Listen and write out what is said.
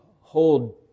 hold